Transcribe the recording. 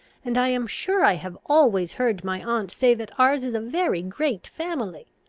and i am sure i have always heard my aunt say that ours is a very great family.